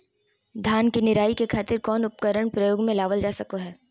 धान के निराई के खातिर कौन उपकरण उपयोग मे लावल जा सको हय?